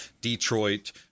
Detroit